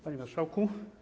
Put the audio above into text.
Panie Marszałku!